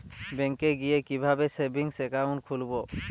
ব্যাঙ্কে গিয়ে কিভাবে সেভিংস একাউন্ট খুলব?